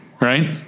Right